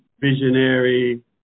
visionary